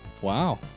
Wow